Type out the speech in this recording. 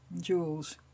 jewels